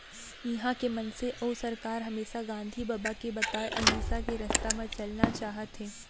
इहॉं के मनसे अउ सरकार हमेसा गांधी बबा के बताए अहिंसा के रस्ता म चलना चाहथें